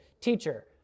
Teacher